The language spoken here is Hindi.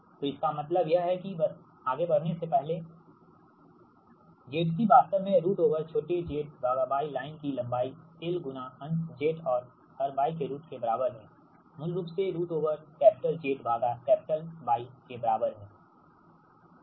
तो इसका मतलब यह है कि बस आगे बढ़ने से पहले ZC वास्तव में रुट ओवर छोटेZY लाइन की लंबाई l गुणा अंश z और हर y के रूट के बराबर है मूल रूप से रुट ओवर कैपिटल Z भागा कैपिटल Y के बराबर है